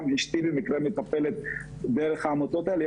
גם אשתי במקרה מטפלת דרך העמותות האלה.